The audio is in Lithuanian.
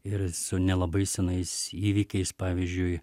ir su nelabai senais įvykiais pavyzdžiui